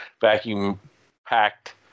vacuum-packed